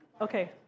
Okay